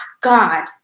God